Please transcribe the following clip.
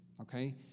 Okay